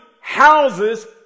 houses